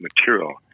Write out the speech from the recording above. material